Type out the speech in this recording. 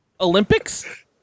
Olympics